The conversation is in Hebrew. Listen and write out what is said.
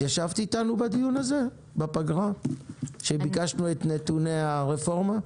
את ישבת איתנו בדיון הזה שהתקיים בפגרה כאשר ביקשנו את נתוני הרפורמה?